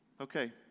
okay